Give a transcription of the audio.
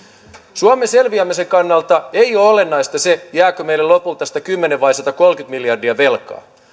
suomen selviämisen kannalta ei ole olennaista se jääkö meille lopulta sitten kymmenen vai satakolmekymmentä miljardia velkaa